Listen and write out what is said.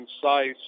concise